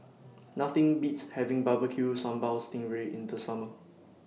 Nothing Beats having Barbecue Sambal Sting Ray in The Summer